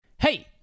Hey